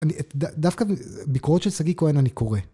דווקא ביקורות של סגי כהן אני קורא.